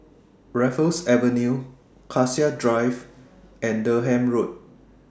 Raffles Avenue Cassia Drive and Durham Road